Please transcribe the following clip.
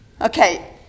Okay